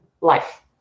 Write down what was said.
life